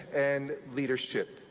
and leadership.